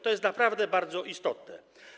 To jest naprawdę bardzo istotne.